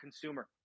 consumer